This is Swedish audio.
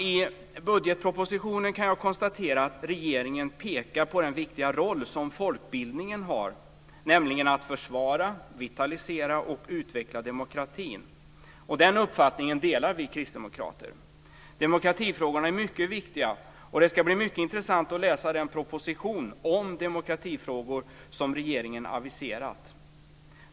I budgetpropositionen kan jag konstatera att regeringen pekar på den viktiga roll som folkbildningen har, nämligen att försvara, vitalisera och utveckla demokratin. Den uppfattningen delar vi kristdemokrater. Demokratifrågorna är mycket viktiga, och det ska bli mycket intressant att läsa den proposition om demokratifrågor som regeringen aviserat.